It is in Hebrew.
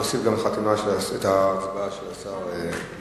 נוסיף את ההצבעה של השר נהרי,